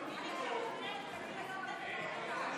אין,